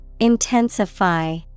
Intensify